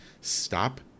stop